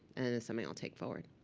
and is something i'll take forward.